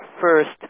first